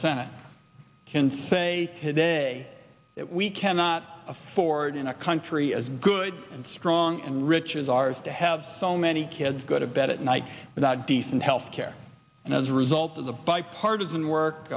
senate can say today that we cannot afford in a country as good and strong and richer as ours to have so many kids go to bed at night without decent health care and as a result of the bipartisan work